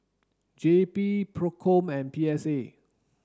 J P PROCOM and P S A